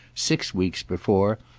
six weeks before,